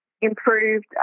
improved